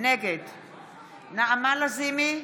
נגד נעמה לזימי,